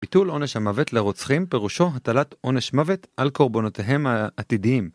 ביטול עונש המוות לרוצחים פירושו הטלת עונש מוות על קורבנותיהם העתידיים.